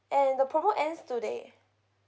and the promo ends today